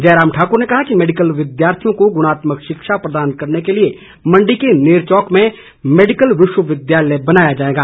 जयराम ठाक्र ने कहा कि मैडिकल विद्यार्थियों को गुणात्मक शिक्षा प्रदान करने के लिए मंडी के नेरचौक में मैडिकल विश्वविद्यालय बनाया जाएगा